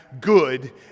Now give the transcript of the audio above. good